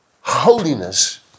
holiness